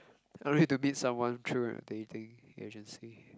all ready to meet someone through dating agency